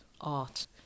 art